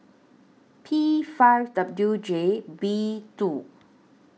P five W J B two